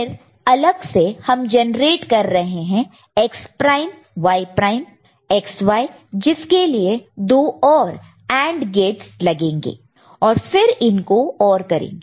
फिर अलग से हम जनरेट कर रहे हैं X prime Y prime XY जिसके लिए 2 और AND गेटस लगेंगे और फिर इनको OR करेंगे